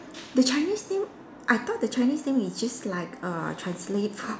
the Chinese name I thought the Chinese name is just like err translate from